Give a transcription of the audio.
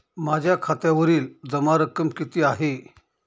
माझ्या खात्यावरील जमा रक्कम किती आहे?